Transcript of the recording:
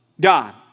God